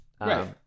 Right